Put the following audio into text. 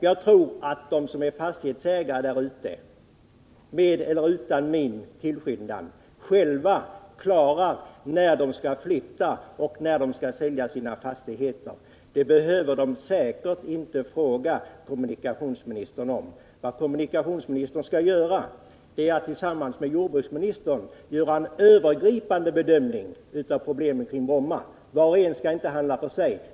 Jag tror att fastighetsägarna där ute — med eller utan min tillskyndan — klarar av att bedöma när de skall flytta och när de skall sälja sina fastigheter. Det behöver de säkerligen inte fråga kommunikationsministern om. Vad kommunikationsministern skall göra är att tillsammans med jordbruksministern företa en övergripande bedömning av problemen kring Bromma. Var och en skall inte handla för sig.